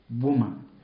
woman